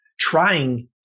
trying